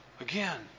again